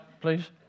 please